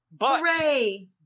Hooray